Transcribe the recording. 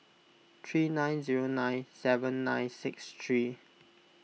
three nine zero nine seven nine six three